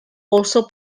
also